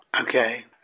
Okay